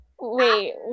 Wait